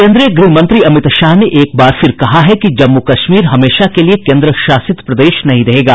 केन्द्रीय गृह मंत्री अमित शाह ने एक बार फिर कहा है कि जम्मू कश्मीर हमेशा के लिए केन्द्र शासित प्रदेश नहीं रहेगा